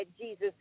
Jesus